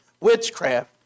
witchcraft